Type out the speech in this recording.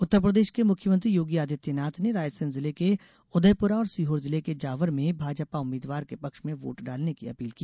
उत्तरप्रदेश के मुख्यमंत्री योगी आदित्यनाथ ने रायसेन जिले के उदयपुरा और सीहोर जिले के जावर में भाजपा उम्मीद्वार के पक्ष में वोट डालने की अपील की